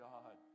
God